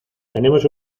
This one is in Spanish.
tenemos